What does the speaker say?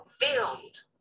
filled